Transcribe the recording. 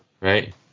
right